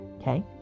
Okay